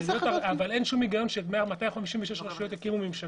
אבל אין שום היגיון ש-256 רשויות יקימו ממשקים.